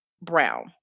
Brown